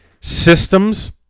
Systems